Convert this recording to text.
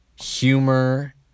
humor